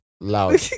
loud